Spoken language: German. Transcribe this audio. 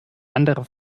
andere